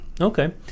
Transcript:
okay